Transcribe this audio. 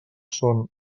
són